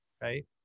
Right